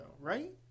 right